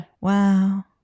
Wow